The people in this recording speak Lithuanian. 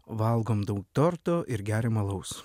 valgom daug torto ir geriam alaus